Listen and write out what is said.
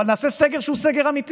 אבל נעשה סגר שהוא אמיתי.